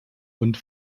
und